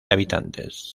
habitantes